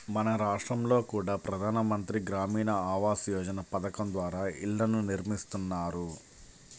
మన రాష్టంలో కూడా ప్రధాన మంత్రి గ్రామీణ ఆవాస్ యోజన పథకం ద్వారా ఇళ్ళను నిర్మిస్తున్నారు